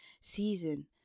season